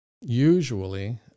usually